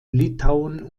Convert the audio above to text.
litauen